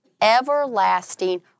everlasting